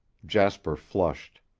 jasper flushed.